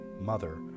mother